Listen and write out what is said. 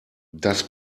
das